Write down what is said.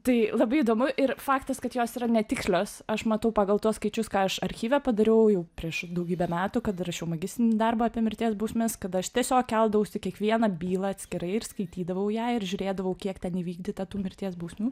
tai labai įdomu ir faktas kad jos yra netikslios aš matau pagal tuos skaičius ką aš archyve padariau jau prieš daugybę metų kada rašiau magistrinį darbą apie mirties bausmes kada aš tiesiog keldavausi kiekvieną bylą atskirai ir skaitydavau ją ir žiūrėdavau kiek ten įvykdyta tų mirties bausmių